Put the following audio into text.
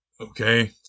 Okay